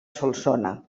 solsona